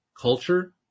culture